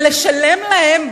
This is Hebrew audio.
ולשלם להם.